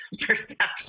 perception